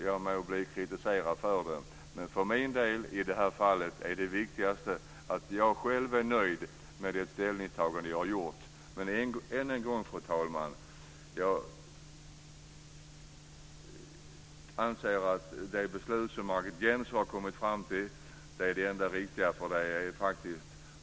Jag må bli kritiserad för det, men i detta fall är det viktigaste att jag själv är nöjd med det ställningstagande jag har gjort. Fru talman! Jag vill än en gång säga att jag anser att det beslut som Margit Gennser har kommit fram till är det enda riktiga.